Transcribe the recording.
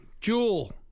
Jewel